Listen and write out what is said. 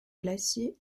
glaciers